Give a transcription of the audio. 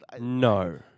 No